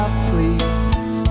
please